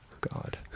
God